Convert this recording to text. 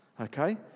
Okay